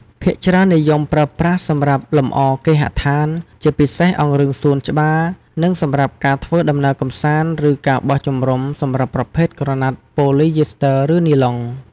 ភាគច្រើននិយមប្រើប្រាស់សម្រាប់លម្អគេហដ្ឋាន ជាពិសេសអង្រឹងសួនច្បារ និងសម្រាប់ការធ្វើដំណើរកម្សាន្ត ឬការបោះជំរុំសម្រាប់ប្រភេទក្រណាត់ប៉ូលីយីស្ទ័រឬនីឡុង។